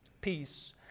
peace